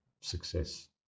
success